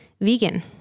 vegan